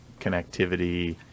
connectivity